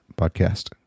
podcast